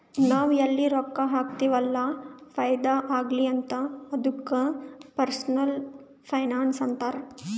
ನಾವ್ ಎಲ್ಲಿ ರೊಕ್ಕಾ ಹಾಕ್ತಿವ್ ಅಲ್ಲ ಫೈದಾ ಆಗ್ಲಿ ಅಂತ್ ಅದ್ದುಕ ಪರ್ಸನಲ್ ಫೈನಾನ್ಸ್ ಅಂತಾರ್